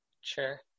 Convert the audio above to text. sure